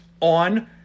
on